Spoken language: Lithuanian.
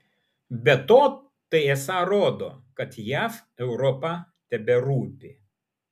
be to tai esą rodo kad jav europa teberūpi